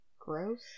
gross